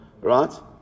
right